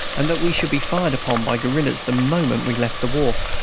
and that we should be fired upon by guerillas the moment we left the wharf.